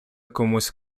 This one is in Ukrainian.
комусь